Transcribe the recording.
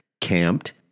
camped